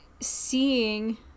seeing